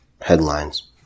headlines